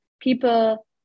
people